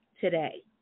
today